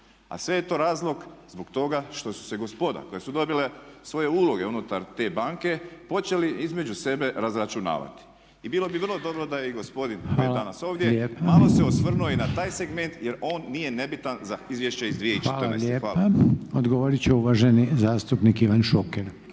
A sve je to razlog zbog toga što su se gospoda koja su dobila svoje uloge unutar te banke počeli između sebe razračunavati. I bilo bi vrlo dobro da je i gospodin koji je danas ovdje malo se osvrnuo i na taj segment jer on nije nebitan za izvješće iz 2014. Hvala. **Reiner, Željko (HDZ)** Hvala lijepa. Odgovorit će uvaženi zastupnik Ivan Šuker.